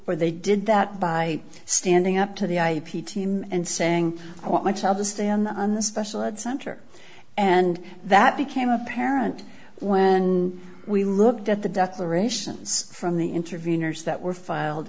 or they did that by standing up to the ip team and saying i want my child to stay on the on the special ed center and that became apparent when we looked at the declaration from the intervenors that were filed